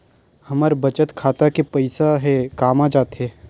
हमर बचत खाता के पईसा हे कामा जाथे?